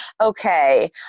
okay